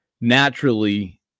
naturally